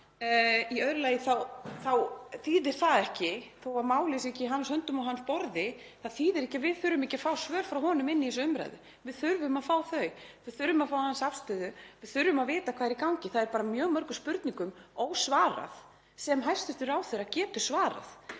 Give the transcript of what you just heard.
Í öðru lagi þá þýðir ekki, þótt málið sé ekki í hans höndum og á hans borði, að við þurfum ekki að fá svör frá honum inn í þessa umræðu. Við þurfum að fá þau. Við þurfum að fá hans afstöðu og þurfum að vita hvað er í gangi. Mjög mörgum spurningum er ósvarað sem hæstv. ráðherra getur svarað.